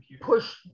Push